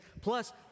Plus